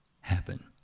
happen